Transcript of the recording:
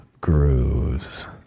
Grooves